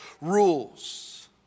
rules